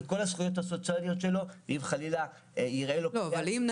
וכל הזכויות הסוציאליות שלו -- אבל אם,